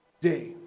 day